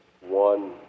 one